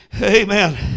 Amen